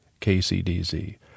KCDZ